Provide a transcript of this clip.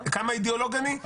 כמה אידיאולוג אני?